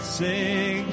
sing